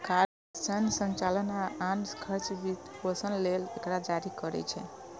सरकार सैन्य संचालन आ आन खर्चक वित्तपोषण लेल एकरा जारी करै छै